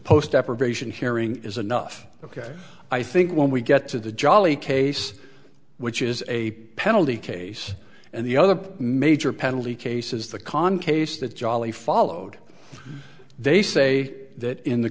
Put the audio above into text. post deprivation hearing is enough ok i think when we get to the jolly case which is a penalty case and the other major penalty case is the con case that jolly followed they say that in the